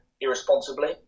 irresponsibly